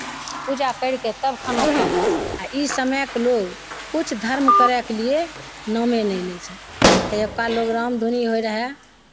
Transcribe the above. पूजा करि कऽ तब खाना खाइ हइ आ ई समयके लोग किछु धर्म करयके लिए नामे नहि लै छै तहियुका लोग राम धुनी होइत रहय